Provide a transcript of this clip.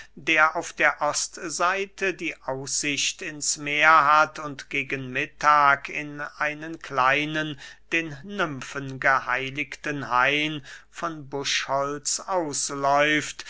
der auf der ostseite die aussicht ins meer hat und gegen mittag in einen kleinen den nymfen geheiligten hain von buschholz ausläuft